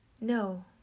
No